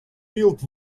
build